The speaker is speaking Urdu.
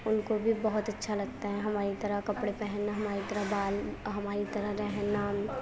ان کو بھی بہت اچھا لگتا ہے ہماری طرح کپڑے پہننا ہماری طرح بال ہماری طرح رہنا